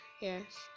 Yes